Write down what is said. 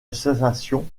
association